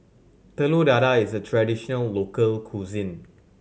Telur Dadah is a traditional local cuisine